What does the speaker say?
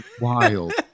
wild